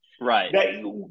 right